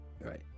Right